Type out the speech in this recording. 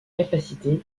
capacité